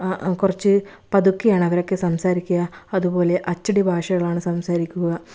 കുറച്ച് പതുക്കെയാണ് അവരൊക്കെ സംസാരിക്കുക അതുപോലെ അച്ചടി ഭാഷകളാണ് സംസാരിക്കുക